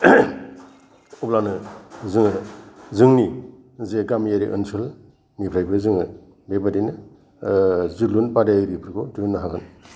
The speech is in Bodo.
अब्लानो जोङो जोंनि जे गामियारि ओनसोलनिफ्रायबो जोङो बेबादिनो जोलुर बादायारिफोरखौ दिहुननो हागोन